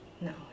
no